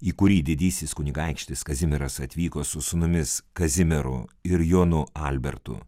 į kurį didysis kunigaikštis kazimieras atvyko su sūnumis kazimieru ir jonu albertu